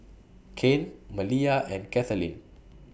Kane Malia and Kathaleen